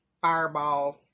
fireball